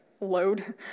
load